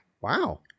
wow